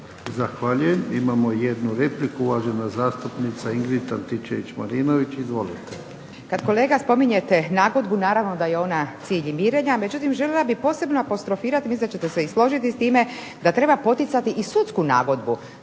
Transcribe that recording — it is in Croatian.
Zahvaljujem. Imamo jednu repliku, uvažena zastupnica Ingrid Antičević-Marinović. Izvolite. **Antičević Marinović, Ingrid (SDP)** Pa kolega spominjete nagodbu, naravno da je ona cilj mirenja, međutim, željela bih posebno apostrofirati, mislim da ćete se složiti s time, da treba poticati i sudsku nagodbu.